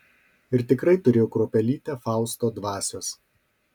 ir tikrai turėjo kruopelytę fausto dvasios